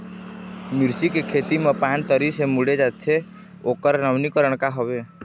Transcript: मिर्ची के खेती मा पान तरी से मुड़े जाथे ओकर नवीनीकरण का हवे?